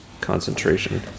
concentration